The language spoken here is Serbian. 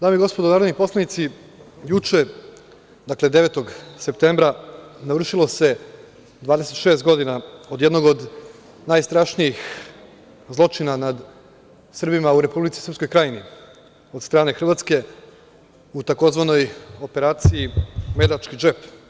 Dame i gospodo narodni poslanici, juče, dakle 9. septembra navršilo se 26 godina od jednog od najstrašnijih zločina nad Srbima u Republici Srpskoj Krajini od strane Hrvatske u tzv. operaciji "Medački džep"